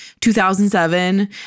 2007